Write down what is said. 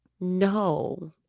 No